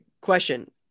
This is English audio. Question